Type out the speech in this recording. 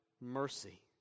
mercy